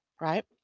right